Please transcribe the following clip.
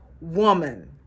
woman